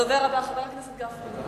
הדובר הבא, חבר הכנסת גפני.